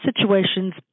situations